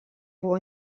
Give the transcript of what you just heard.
buvo